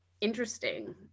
interesting